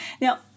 Now